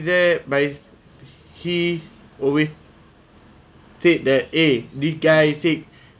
their but he always said that eh this guy said